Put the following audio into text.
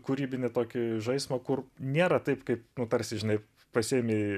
kūrybinį tokį žaismą kur nėra taip kaip nu tarsi žinai pasiėmei